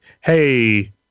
hey